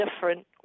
different